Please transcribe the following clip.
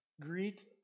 Greet